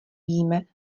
víme